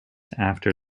after